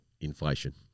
inflation